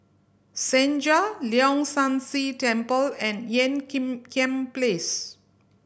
Senja Leong San See Temple and Ean Kiam Place